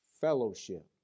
Fellowship